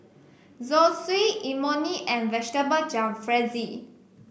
Zosui Imoni and Vegetable Jalfrezi